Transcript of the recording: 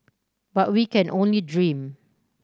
but we can only dream